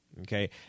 Okay